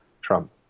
Trump